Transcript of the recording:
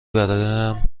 برایم